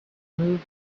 movement